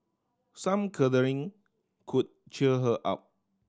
some cuddling could cheer her up